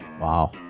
Wow